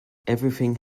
everything